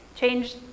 Change